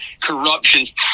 corruptions